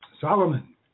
Solomon